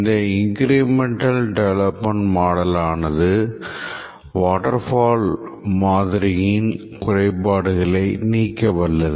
இந்த Incremental Development Model ஆனது waterfall மாதிரியின் குறைபாடுகளை நீக்கவல்லது